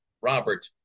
Robert